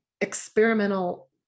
experimental